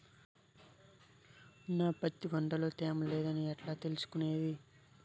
నా పత్తి పంట లో తేమ లేదని ఎట్లా తెలుసుకునేది?